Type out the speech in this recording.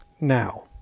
Now